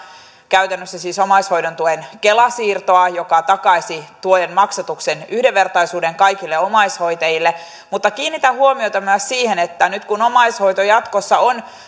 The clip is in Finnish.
käytännössä siis omaishoidon tuen kela siirtoa joka takaisi tuen maksatuksen yhdenvertaisuuden kaikille omaishoitajille mutta kiinnitän huomiota myös siihen että nyt kun omaishoito jatkossa on